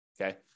okay